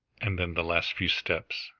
and then the last few steps,